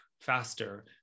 faster